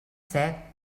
set